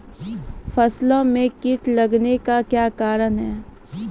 फसलो मे कीट लगने का क्या कारण है?